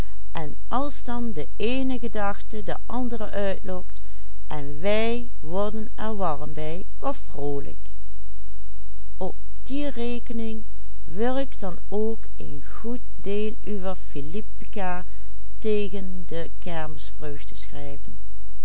die rekening wil ik dan ook een goed deel uwer philippica tegen de kermisvreugde schrijven